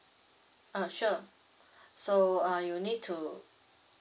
uh sure so uh you need to